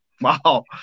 Wow